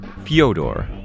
Fyodor